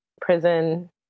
Prison